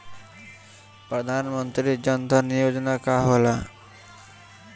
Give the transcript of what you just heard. प्रधानमंत्री जन धन योजना का होला?